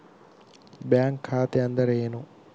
Bank ಖಾತೆ ಅಂದರೆ ಏನು?